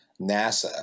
nasa